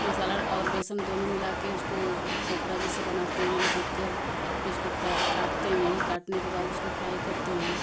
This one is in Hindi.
मसाला और बेसन दोनो मिलाके उसको पोपला जैसे बनाते हैं लपेटकर फिर उसको फ्राए काटते हैं काटने के बाद उसको फ्राई करते हैं